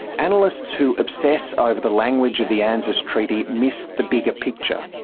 analysts who obsess over the language of the anzus treaty miss the bigger picture.